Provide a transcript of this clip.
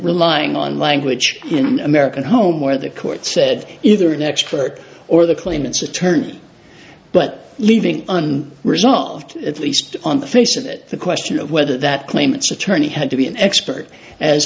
relying on language in an american home where the court said is there an expert or the claimants attorney but leaving and resolved at least on the face of it the question of whether that claimants attorney had to be an expert as